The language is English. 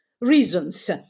reasons